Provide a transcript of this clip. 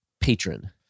patron